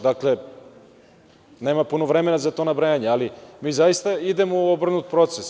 Dakle, nema puno vremena za to nabrajanje, ali mi zaista idemo u obrnut proces.